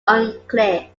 unclear